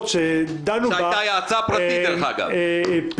שדנו בה -- שהייתה הצעה פרטית,